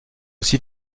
aussi